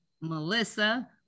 Melissa